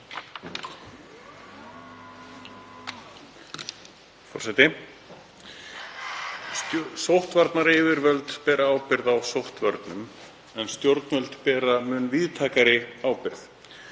Sóttvarnayfirvöld bera ábyrgð á sóttvörnum en stjórnvöld bera mun víðtækari ábyrgð.